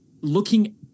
Looking